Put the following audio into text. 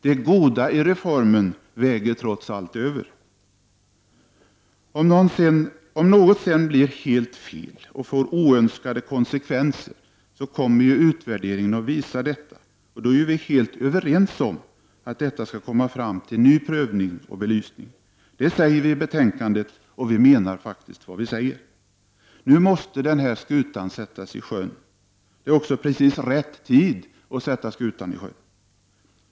Det goda i reformen väger trots allt över. Om något sedan blir helt fel eller får oönskade konsekvenser kommer ju utvärderingen att visa det, och då är vi helt överens om att detta skall tas fram till ny prövning och belysning. Detta säger vi i betänkandet, och vi menar vad vi säger. Nu måste skutan sättas i sjön. Det är också precis rätt tid att göra det.